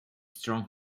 strong